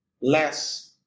less